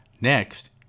Next